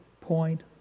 point